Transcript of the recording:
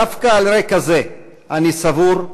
דווקא על רקע זה אני סבור,